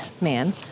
man